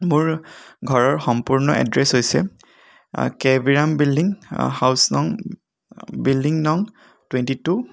মোৰ ঘৰৰ সম্পূৰ্ণ এড্ৰেচ হৈছে K B Ram building house নং বিল্ডিং নং টুৱেণ্টি টু